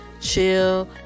chill